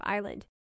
Island